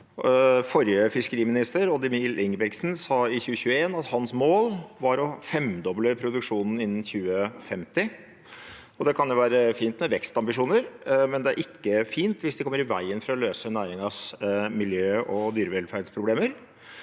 Forrige fiskeriminister, Odd Emil Ingebrigtsen, sa i 2021 at hans mål var å femdoble produksjonen innen 2050. Det kan være fint med vekstambisjoner, men det er ikke fint hvis de kommer i veien for å løse næringens miljø- og dyrevelferdsproblemer.